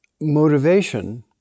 motivation